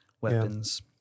weapons